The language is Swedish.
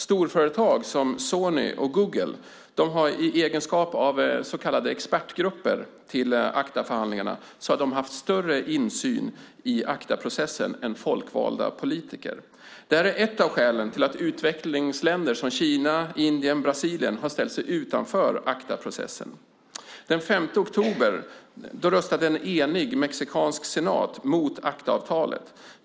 Storföretag som Sony och Google har genom så kallade expertgrupper i ACTA-förhandlingarna haft större insyn i ACTA-processen än folkvalda politiker. Det är ett av skälen till att utvecklingsländer som Kina, Indien och Brasilien ställt sig utanför ACTA-processen. Den 5 oktober röstade en enig mexikansk senat mot ACTA-avtalet.